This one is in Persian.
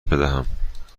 بدهم